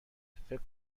فکر